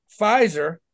Pfizer